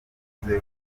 kuvugwa